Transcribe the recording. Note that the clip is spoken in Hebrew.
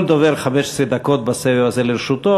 כל דובר, 15 דקות בסבב הזה לרשותו.